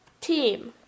team